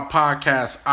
podcast